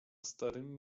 starym